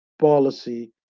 policy